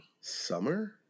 summer